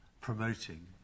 promoting